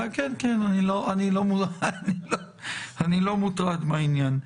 אני לא מוטרד מהעניין.